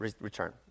return